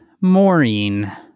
Maureen